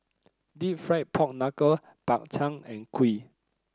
deep fried Pork Knuckle Bak Chang and kuih